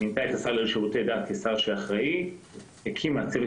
ומינתה את השר לשירותי דת כשר שאחראי על העניין והקימה צוות